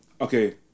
Okay